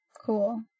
cool